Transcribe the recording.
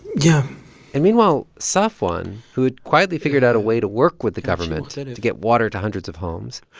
yeah and meanwhile, safwan, who had quietly figured out a way to work with the government and and to get water to hundreds of homes.